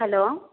hello